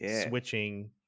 switching